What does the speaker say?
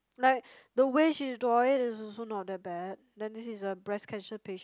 like the way she draw it is also not so bad then this is a breast cancer patient